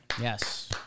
Yes